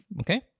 Okay